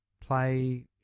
play